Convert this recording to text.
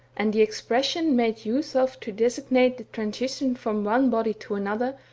and the expression made use of to designate the transition from one body to another,